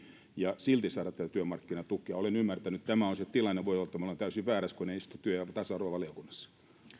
ja silti saada työmarkkinatukea olen ymmärtänyt että tämä on se tilanne voi olla että olen täysin väärässä kun en istu työ ja tasa arvovaliokunnassa